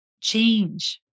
change